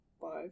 five